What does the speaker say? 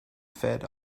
fed